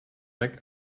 weg